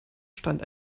stand